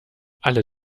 alle